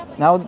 now